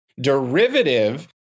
derivative